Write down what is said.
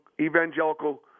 evangelical